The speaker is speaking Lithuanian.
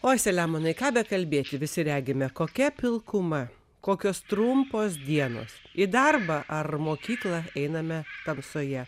oi selemonai ką bekalbėti visi regime kokia pilkuma kokios trumpos dienos į darbą ar mokyklą einame tamsoje